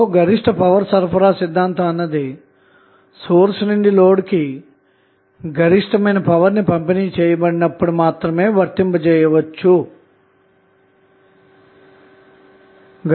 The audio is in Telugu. కాబట్టి గరిష్ట పవర్ బదిలీ సిద్ధాంతం అన్నది సోర్స్ నుండి లోడ్కు గరిష్టమైన పవర్ పంపిణీ చేయబడినప్పుడు వర్తింపచేయవచ్చు అన్నమాట